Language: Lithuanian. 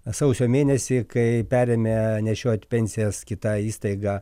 sausio mėnesį kai perėmė nešiot pensijas kita įstaiga